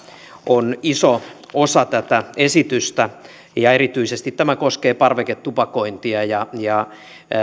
on iso osa tätä esitystä ja tämä koskee erityisesti parveketupakointia